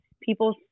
people